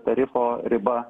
tarifo riba